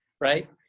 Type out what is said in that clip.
Right